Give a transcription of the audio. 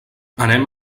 anem